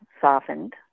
softened